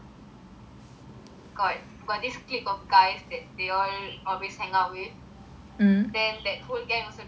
got got this clique of guys that they all always hang out with then that whole gang also don't like sundra